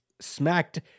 smacked